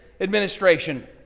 administration